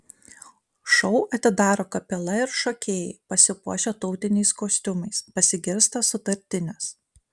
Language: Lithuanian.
šou atidaro kapela ir šokėjai pasipuošę tautiniais kostiumais pasigirsta sutartinės